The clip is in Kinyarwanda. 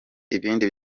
ibindi